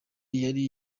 yari